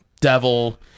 devil